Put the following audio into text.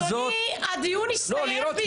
אדוני, הדיון הסתיים.